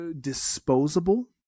disposable